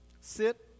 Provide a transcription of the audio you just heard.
sit